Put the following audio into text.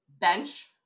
bench